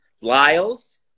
Lyles